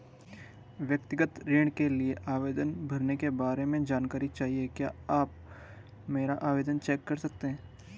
व्यक्तिगत ऋण के लिए आवेदन भरने के बारे में जानकारी चाहिए क्या आप मेरा आवेदन चेक कर सकते हैं?